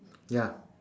ya